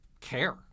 care